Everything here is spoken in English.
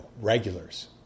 regulars